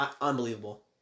Unbelievable